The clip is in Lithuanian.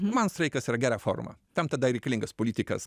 man streikas yra gera forma tam tada reikalingas politikas